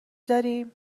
داریم